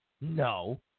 No